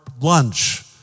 lunch